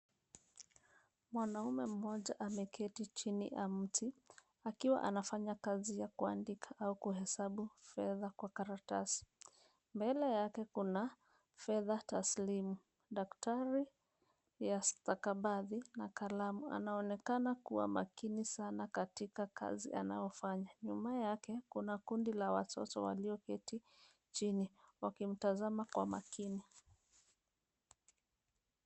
Mwanaume mmoja ameketi chini ya mti akiwa anafanya kazi ya kuandika au kuhesabu fedha kwa karatasi. Mbele yake kuna fedha taslimu, daftari ya stakabadhi na kalamu. Anaonekana kuwa makini sana katika kazi anayofanya. Nyuma yake kuna kundi la watoto walioketi chini wakimtazama kwa makini.